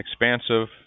expansive